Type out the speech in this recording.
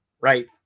Right